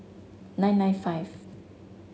nine nine five